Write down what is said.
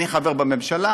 אני חבר בממשלה,